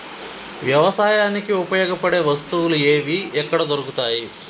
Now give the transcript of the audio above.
వ్యవసాయానికి ఉపయోగపడే వస్తువులు ఏవి ఎక్కడ దొరుకుతాయి?